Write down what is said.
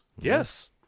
Yes